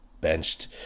benched